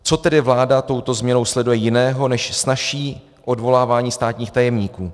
Co tedy vláda touto změnou sleduje jiného než snazší odvolávání státních tajemníků?